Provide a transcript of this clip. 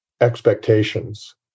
expectations